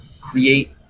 create